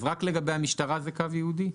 רק לגבי המשטרה זה קו ייעודי?